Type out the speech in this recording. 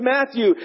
Matthew